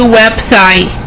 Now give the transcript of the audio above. website